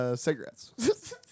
cigarettes